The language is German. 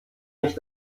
nicht